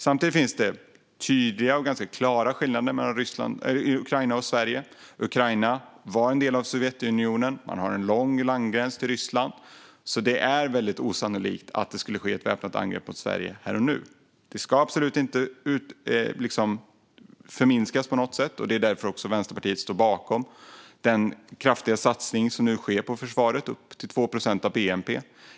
Samtidigt finns det tydliga och ganska klara skillnader mellan Ukraina och Sverige - Ukraina var en del av Sovjetunionen och har en lång landsgräns till Ryssland - så det är väldigt osannolikt att det skulle ske ett väpnat angrepp mot Sverige här och nu. Risken ska dock absolut inte förminskas på något sätt, och det är därför Vänsterpartiet står bakom den kraftiga satsning på försvaret som nu sker, det vill säga en höjning till 2 procent av bnp.